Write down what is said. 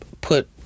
put